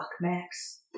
Max